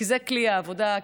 כי זה כלי העבודה,